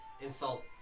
insult